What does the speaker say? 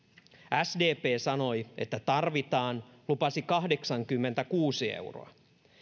sdp sanoi että tarvitaan ja lupasi kahdeksankymmentäkuusi euroa